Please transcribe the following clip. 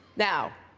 now,